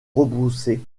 rebrousser